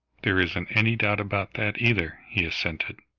there isn't any doubt about that, either, he assented.